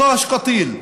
16 הרוגים.